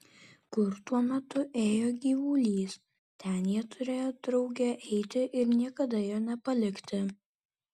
kur tuo metu ėjo gyvulys ten jie turėjo drauge eiti ir niekada jo nepalikti